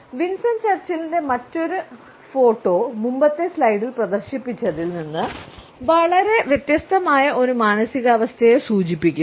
Winston ചർച്ചിലിന്റെ മറ്റൊരു മറ്റ് ഫോട്ടോ മുമ്പത്തെ സ്ലൈഡിൽ പ്രദർശിപ്പിച്ചതിൽ നിന്ന് വളരെ വ്യത്യസ്തമായ ഒരു മാനസികാവസ്ഥയെ സൂചിപ്പിക്കുന്നു